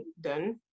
done